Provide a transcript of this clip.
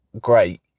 great